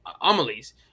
amelie's